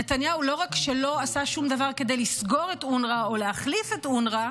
נתניהו לא רק שלא עשה שום דבר כדי לסגור את אונר"א או להחליף את אונר"א,